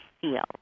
feel